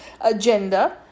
agenda